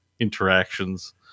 interactions